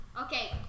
Okay